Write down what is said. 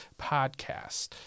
podcast